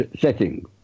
setting